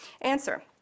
Answer